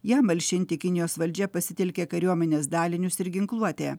jam malšinti kinijos valdžia pasitelkė kariuomenės dalinius ir ginkluotę